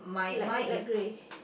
light light grey